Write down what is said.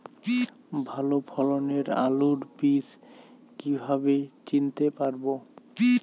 ভালো ফলনের আলু বীজ কীভাবে চিনতে পারবো?